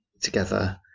together